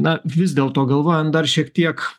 na vis dėl to galvojame dar šiek tiek